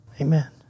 Amen